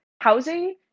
housing